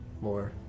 more